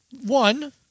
one